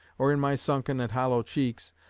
or in my sunken and hollow cheeks,